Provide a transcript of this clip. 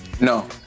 No